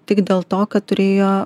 tik dėl to kad turėjo